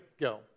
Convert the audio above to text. Go